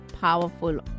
powerful